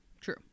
True